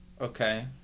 Okay